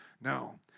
No